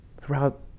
throughout